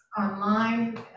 online